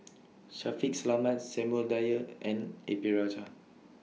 Shaffiq Selamat Samuel Dyer and A P Rajah